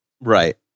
Right